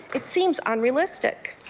it seems unrealistic.